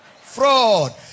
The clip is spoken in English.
Fraud